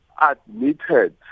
Admitted